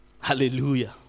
Hallelujah